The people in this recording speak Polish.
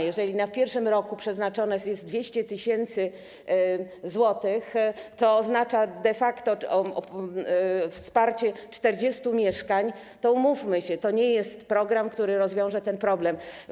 Jeżeli w pierwszym roku przeznaczone jest na to 200 tys. zł, co oznacza de facto wsparcie 40 mieszkań, to umówmy się, to nie jest program, który rozwiąże problem.